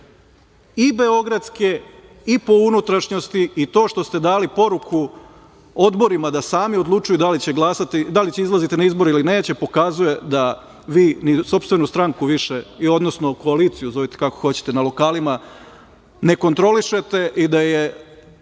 i beogradske i po unutrašnjosti, i to što ste dali poruku odborima da sami odlučuju da li će izlaziti na izbore ili neće pokazuje da vi ni sopstvenu stranku, odnosno koaliciju, zovite kako hoćete, na lokalima, ne kontrolišete, da su